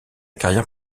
carrière